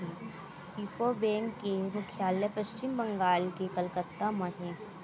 UCO bank के मुख्यालय पस्चिम बंगाल के कलकत्ता म हे